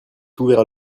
ouvert